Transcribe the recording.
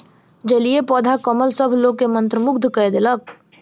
जलीय पौधा कमल सभ लोक के मंत्रमुग्ध कय देलक